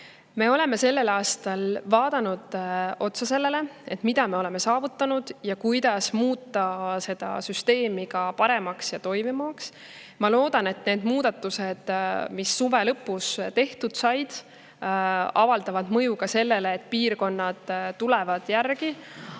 Me oleme sel aastal vaadanud otsa sellele, mida me oleme saavutanud ja kuidas muuta seda süsteemi paremaks, [paremini] toimivaks. Ma loodan, et need muudatused, mis suve lõpus tehtud said, avaldavad mõju ka sellele ja piirkonnad tulevad järgi.